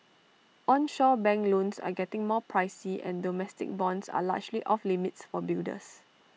onshore bank loans are getting more pricey and domestic bonds are largely off limits for builders